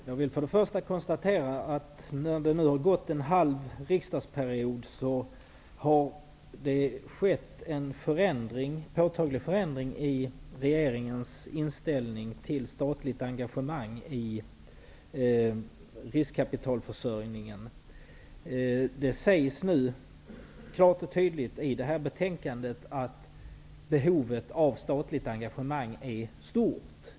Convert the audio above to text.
Herr talman! Jag vill först konstatera att det nu, efter en halv riksdagsperiod, har skett en påtaglig förändring i regeringens inställning till statligt engagemang i riskkapitalförsörjningen. Det sägs i det här betänkandet klart och tydligt att behovet av statligt engagemang är stort.